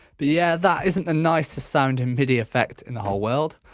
but yeah that isn't the nicest sounding midi effect in the whole world.